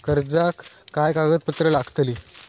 कर्जाक काय कागदपत्र लागतली?